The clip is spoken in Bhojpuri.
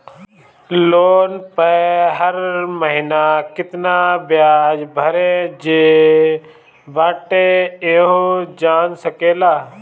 लोन पअ हर महिना केतना बियाज भरे जे बाटे इहो जान सकेला